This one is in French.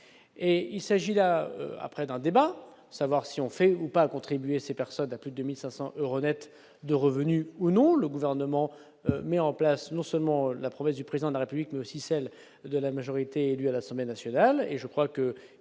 et il s'agit là après, d'un débat, savoir si on fait ou pas contribué ces personnes-là, plus 2500 euros nets de revenus ou non, le gouvernement met en place, non seulement la promesse du président de la République, mais aussi celle de la majorité élue à la semaine nationale et je crois que,